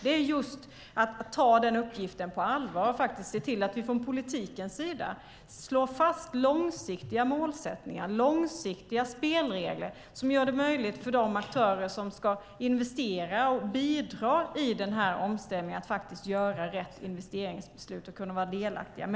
Vi tar den uppgiften på allvar och ser till att vi från politikens sida slår fast långsiktiga målsättningar och långsiktiga spelregler som gör det möjligt för de aktörer som ska investera och bidra i omställningen att fatta rätt investeringsbeslut och kunna vara delaktiga.